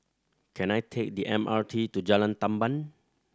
can I take the M R T to Jalan Tamban